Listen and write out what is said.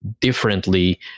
differently